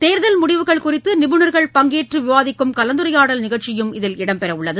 தேர்தல் முடிவுகள் குறித்து நிபுணர்கள் பங்கேற்று விவாதிக்கும் கலந்துரையாடல் நிகழ்ச்சியும் இதில் இடம் பெறவுள்ளது